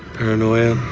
paranoia,